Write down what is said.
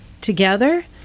together